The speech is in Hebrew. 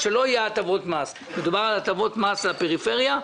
אני רוצה לנהל דיון על הטבות המס של העיר עכו.